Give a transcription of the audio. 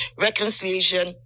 reconciliation